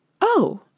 Oh